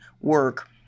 work